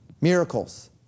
miracles